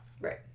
Right